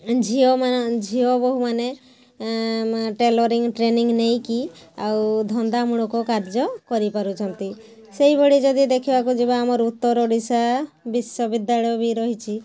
ଝିଅ ମା ଝିଅ ବୋହୂମାନେ ଟେଲରିଙ୍ଗ୍ ଟ୍ରେନିଙ୍ଗ୍ ନେଇକି ଆଉ ଧନ୍ଦା ମୂଳକ କାର୍ଯ୍ୟ କରିପାରୁଛନ୍ତି ସେଇ ଭଳି ଯଦି ଦେଖିବାକୁ ଯିବା ଆମର ଉତ୍ତର ଓଡ଼ିଶା ବିଶ୍ୱବିଦ୍ୟାଳୟ ବି ରହିଛି